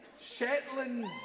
Shetland